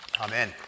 Amen